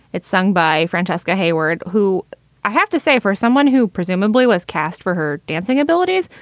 it's sung by francesca heyward, who i have to say, for someone who presumably was cast for her dancing abilities,